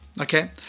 okay